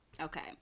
Okay